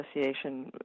Association